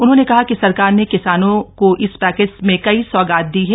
उन्होंने कहां कि सरकार ने किसानों इस पैकज में कई सौगात दी है